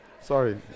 Sorry